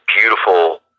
beautiful